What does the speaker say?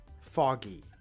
foggy